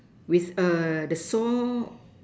with a the saw